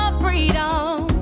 freedom